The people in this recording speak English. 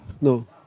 No